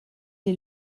est